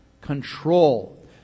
Control